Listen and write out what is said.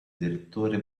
direttore